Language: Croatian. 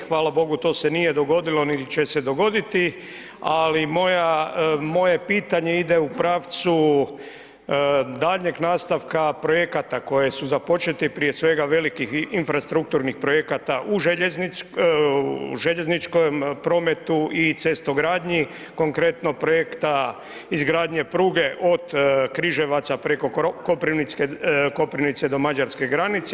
Hvala Bogu, to se nije dogodilo niti će se dogoditi, ali moje pitanje ide u pravcu daljnjeg nastavka projekata koji su započeti prije svega, velikih infrastrukturnih projekata u željezničkom prometu i cestogradnji, konkretno projekta izgradnje pruge od Križevaca preko Koprivnice do mađarske granice.